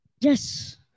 Yes